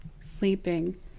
Sleeping